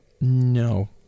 No